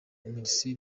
mercy